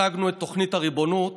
הצגנו את תוכנית הריבונות